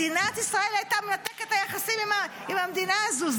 מדינת ישראל הייתה מנתקת את היחסים עם המדינה הזו,